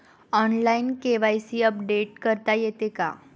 Online KYC update करता येते का?